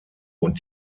und